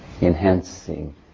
enhancing